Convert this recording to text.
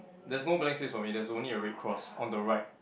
there's no blank space for me there's only a red cross on the right